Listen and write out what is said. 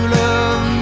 love